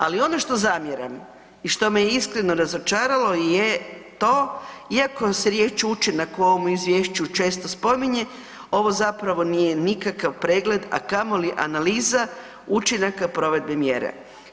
Ali ono što zamjeram i što me iskreno razočaralo je to iako se riječ „učinak“ u ovom izvješću često spominje, ovo zapravo nije nikakav pregled a kamoli analiza učinaka provedbe mjere.